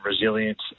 resilience